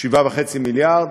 7.5 מיליארד